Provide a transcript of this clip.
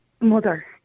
mother